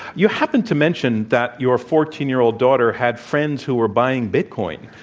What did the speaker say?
you happened to mention that your fourteen year old daughter had friends who were buying bitcoin.